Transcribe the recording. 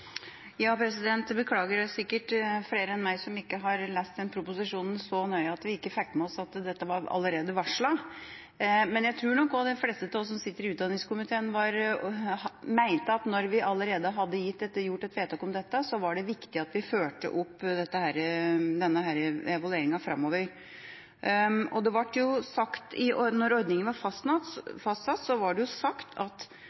Beklager, det er sikkert flere enn meg som ikke har lest proposisjonen så nøye at vi fikk med oss at dette allerede var varslet. Jeg tror de fleste av oss som sitter i utdanningskomiteen mente at når vi allerede hadde gjort et vedtak om dette, var det viktig at vi fulgte opp evalueringa framover. Det ble sagt da ordninga var fastsatt: «Rutiner, frister og retningslinjer knyttet til evaluering av tilskuddsordningen er gitt i